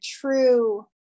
true